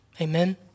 Amen